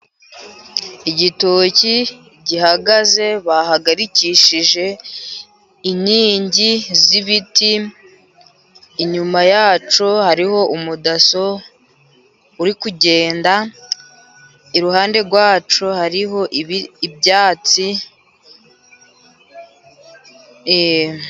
Igitoki gihagaze bahagarikishije inkingi z'ibiti, inyuma yacyo hariho umudaso uri kugenda, iruhande rwacyo hariho ibyatsi eee.